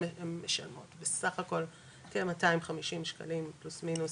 הן משלמות בסך הכול כ-250 שקלים פלוס-מינוס,